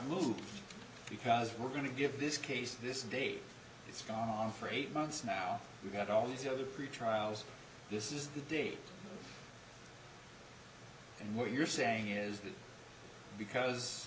loop because we're going to give this case this day it's gone on for eight months now we've got all these other three trials this is the day and what you're saying is that because